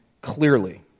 clearly